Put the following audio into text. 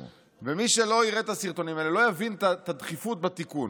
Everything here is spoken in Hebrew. מי שלא יראה את הסרטונים האלה לא יראה את הדחיפות בתיקון.